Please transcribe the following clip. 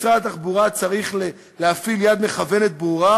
משרד התחבורה צריך להפעיל יד מכוונת ברורה,